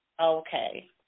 okay